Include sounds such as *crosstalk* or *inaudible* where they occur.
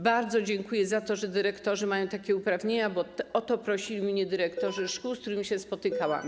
Bardzo dziękuję za to, że dyrektorzy mają takie uprawnienia, bo o to prosili mnie *noise* dyrektorzy szkół, z którymi się spotykałam.